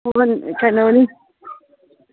ꯃꯃꯟ ꯀꯩꯅꯣꯅꯤ